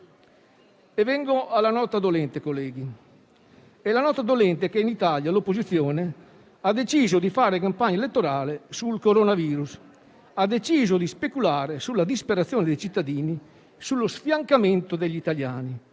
Vengo alla nota dolente, colleghi; in Italia l'opposizione ha deciso di fare campagna elettorale sul coronavirus, ha deciso di speculare sulla disperazione dei cittadini e sullo sfiancamento degli italiani,